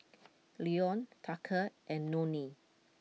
Leone Tucker and Nonie